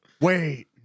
Wait